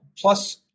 plus